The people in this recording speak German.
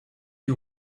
die